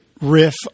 riff